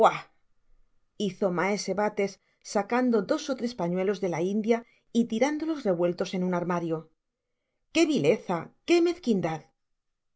hizo maese bates sacando dos ó tres pañuelos de la india y tirándolos revueltos en un armarioqué vileza qué mezquindad